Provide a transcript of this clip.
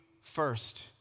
first